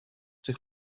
tych